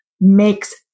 makes